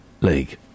League